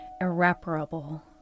irreparable